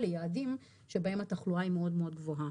ליעדים שבהם התחלואה היא מאוד מאוד גבוהה,